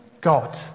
God